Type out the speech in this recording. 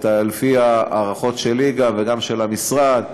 לפי הערכות שלי וגם של המשרד,